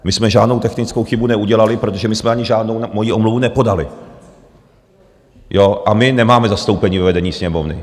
My jsme žádnou technickou chybu neudělali, protože my jsme ani žádnou moji omluvu nepodali a nemáme zastoupení ve vedení Sněmovny.